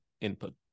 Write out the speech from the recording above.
input